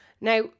Now